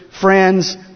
friends